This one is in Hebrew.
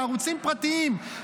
ערוצים פרטים,